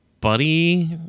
buddy